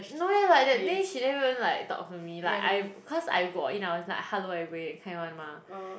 no eh like that day she never even like talk to me like I cause I go in was like hello everybody that kind [one] mah